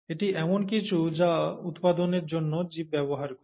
এটি এমন কিছু যা উৎপাদনের জন্য জীব ব্যবহার করে